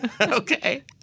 Okay